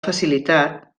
facilitat